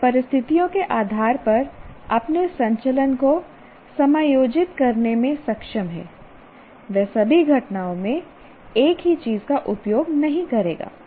वह परिस्थितियों के आधार पर अपने संचलन को समायोजित करने में सक्षम है वह सभी घटनाओं में एक ही चीज का उपयोग नहीं करेगा